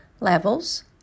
Levels